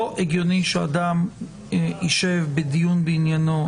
לא הגיוני שאדם ישב בדיון בעניינו,